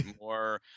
more